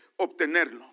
obtenerlo